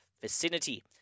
vicinity